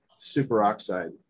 superoxide